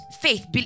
faith